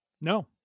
No